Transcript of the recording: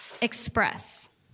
express